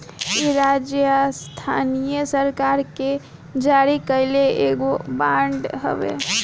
इ राज्य या स्थानीय सरकार के जारी कईल एगो बांड हवे